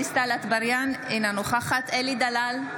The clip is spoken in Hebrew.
אטבריאן, אינה נוכחת אלי דלל,